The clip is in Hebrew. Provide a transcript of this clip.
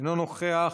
אינו נוכח,